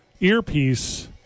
earpiece